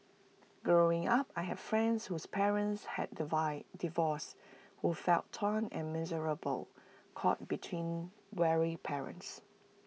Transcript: growing up I had friends whose parents had divide divorced who felt torn and miserable caught between warring parents